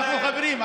חברים,